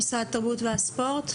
משרד התרבות והספורט,